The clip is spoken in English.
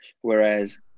Whereas